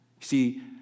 see